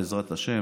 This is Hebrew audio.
בעזרת השם,